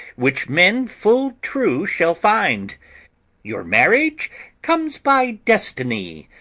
which men full true shall find your marriage comes by destiny,